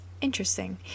Interesting